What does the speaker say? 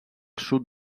sud